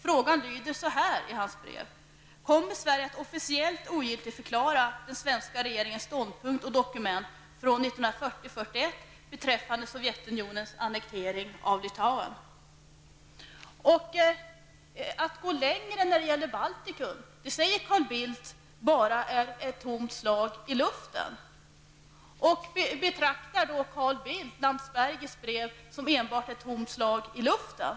Frågan lyder så här i Landsbergis brev: ''Kommer Sverige att officiellt ogiltigförklara den svenska regeringens ståndpunkt och dokument från 1940/41 beträffande Att gå längre när det gäller Baltikum, säger Carl Bildt, är bara ett tomt slag i luften. Betraktar då Carl Bildt Landsbergis brev som enbart ett tomt slag i luften?